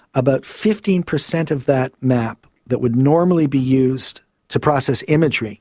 about fifteen percent of that map that would normally be used to process imagery